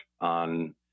on